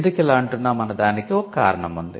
ఎందుకు ఇలా అంటున్నామో అన్న దానికి ఒక కారణం ఉంది